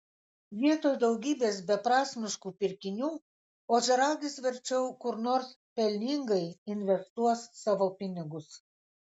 vietoj daugybės beprasmiškų pirkinių ožiaragis verčiau kur nors pelningai investuos savo pinigus